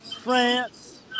France